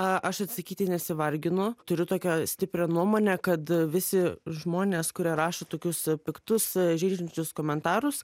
aš atsakyti nesivarginu turiu tokią stiprią nuomonę kad visi žmonės kurie rašo tokius piktus žeidžiančius komentarus